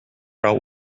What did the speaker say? route